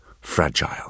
fragile